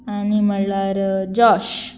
आनी म्हणल्यार जॉश